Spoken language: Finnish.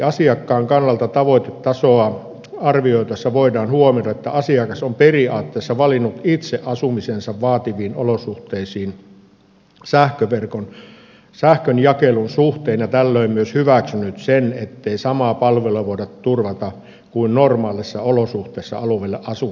asiakkaan kannalta tavoitetasoa arvioitaessa voidaan huomioida että asiakas on periaatteessa valinnut itse asettumisensa vaativiin olosuhteisiin sähkönjakelun suhteen ja tällöin myös hyväksynyt sen ettei samaa palvelua voida turvata kuin normaaleissa olosuhteissa oleville asiakkaille